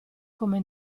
come